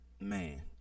Man